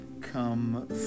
come